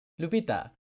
Lupita